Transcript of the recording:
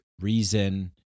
reason